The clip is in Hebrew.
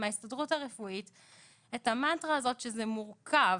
מההסתדרות הרפואית את המנטרה הזו שזה מורכב,